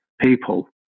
people